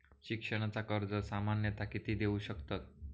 शिक्षणाचा कर्ज सामन्यता किती देऊ शकतत?